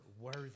worthy